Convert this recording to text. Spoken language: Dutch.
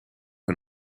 een